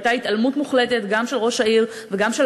והייתה התעלמות מוחלטת גם של ראש העיר וגם של